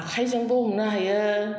आखाइजोंबो हमनो हायो